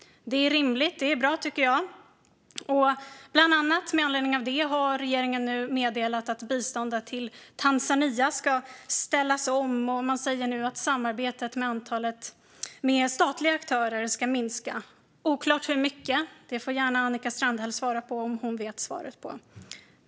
Det är rimligt och bra, tycker jag. Bland annat med anledning av det har regeringen nu meddelat att biståndet till Tanzania ska ställas om, och man säger nu att samarbetet med statliga aktörer ska minska. Det är oklart med hur mycket - det får gärna Annika Strandhäll svara på om hon vet svaret.